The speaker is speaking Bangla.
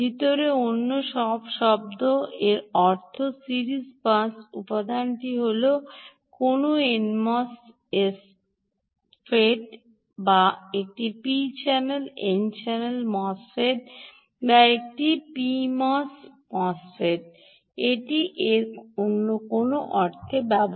ভিতরে অন্য শব্দ সব এর অর্থ সিরিজ পাস উপাদানটি হয় কোনও এনএমওএসএফইটি বা একটি P channel N channel MOSFET বা একটি পিএমওএস চ্যানেল মোসফেট এটি এর অর্থ অন্য কোনও অর্থ নয়